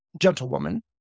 gentlewoman